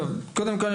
קודם כול,